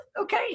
okay